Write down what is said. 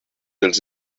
els